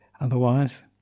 otherwise